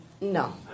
No